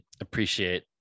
appreciate